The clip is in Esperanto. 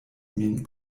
min